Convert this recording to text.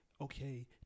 okay